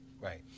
Right